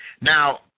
Now